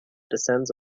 descends